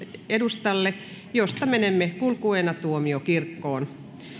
edustalle josta menemme kulkueena tuomiokirkkoon